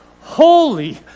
Holy